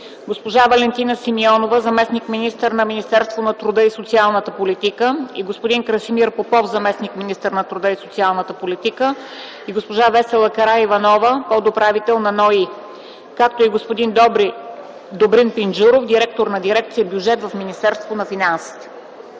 госпожа Валентина Симеонова – заместник-министър на труда и социалната политика, господин Красимир Попов – заместник-министър на труда и социалната политика, госпожа Весела Караиванова – подуправител на НОИ, както и господин Добрин Пинджуров – директор на дирекция „Бюджет” в Министерството на финансите.